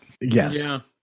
Yes